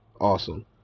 awesome